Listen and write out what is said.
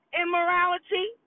immorality